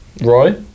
Roy